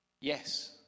yes